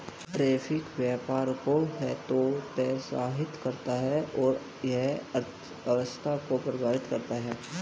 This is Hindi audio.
टैरिफ व्यापार को हतोत्साहित करता है और यह अर्थव्यवस्था को प्रभावित करता है